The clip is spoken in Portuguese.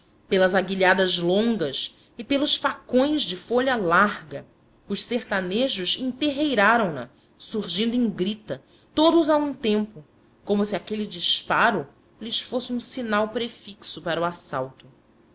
pelas aguilhadas longas e pelos facões de folha larga os sertanejos enterreiraram na surgindo em grita todos a um tempo como se aquele disparo lhes fosse um sinal prefixo para o assalto